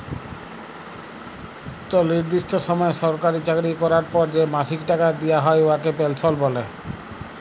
ইকট লিরদিষ্ট সময় সরকারি চাকরি ক্যরার পর যে মাসিক টাকা দিয়া হ্যয় উয়াকে পেলসল্ ব্যলে